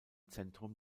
zentrum